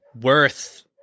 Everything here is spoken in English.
worth